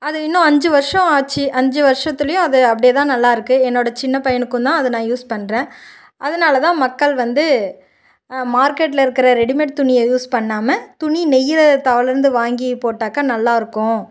அது இன்னும் அஞ்சு வருஷம் ஆச்சு அஞ்சு வருஷத்துலையும் அது அப்படியே தான் நல்லாயிருக்கு என்னோடய சின்ன பையனுக்கும் தான் அதை நான் யூஸ் பண்ணுறேன் அதனால தான் மக்கள் வந்து மார்க்கெட்டில் இருக்கிற ரெடிமேட் துணியை யூஸ் பண்ணாமல் துணி நெய்கிறதாலருந்து வாங்கி போட்டாக்கால் நல்லாயிருக்கும்